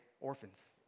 orphans